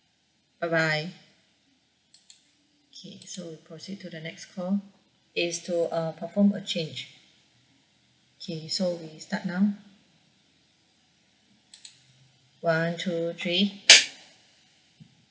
bye bye okay so we proceed to the next call is to uh perform a change okay so we start now one two three